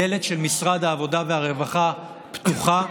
הדלת של משרד העבודה והרווחה פתוחה.